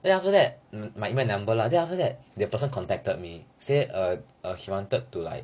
then after that hmm err 因为 number lah then after that the person contacted me say uh err she wanted to like